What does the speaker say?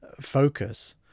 focus